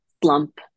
slump